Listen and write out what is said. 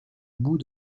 moue